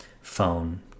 phone